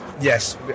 yes